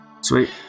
Sweet